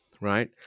right